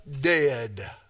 dead